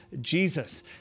Jesus